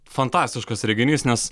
fantastiškas reginys nes